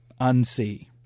unsee